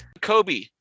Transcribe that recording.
Kobe